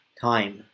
time